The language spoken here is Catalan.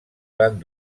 van